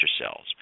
cells